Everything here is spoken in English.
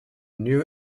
new